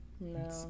No